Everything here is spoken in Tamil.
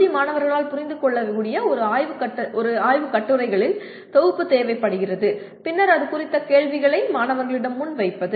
ஜி மாணவர்களால் புரிந்துகொள்ளக்கூடிய ஒரு ஆய்வுக் கட்டுரைகளின் தொகுப்பு தேவைப்படுகிறது பின்னர் அது குறித்த கேள்விகளை மாணவர்களிடம் முன்வைப்பது